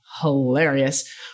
hilarious